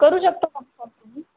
करू शकता कन्फर्म तुम्ही